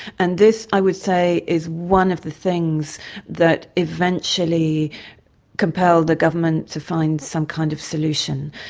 and this, i would say, is one of the things that eventually compelled the government to find some kind of solution,